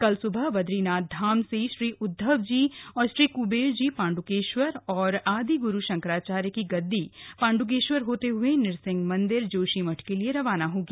कल सुबह बदरीनाथ धाम से श्री उद्वव जी और श्री कुबेर जी पांड्केश्वर और आदिग्रु शंकराचार्य की गद्दी पांड्केश्वर होते हुए न्सिंह मंदिर जोशीमठ के लिए रवाना होगी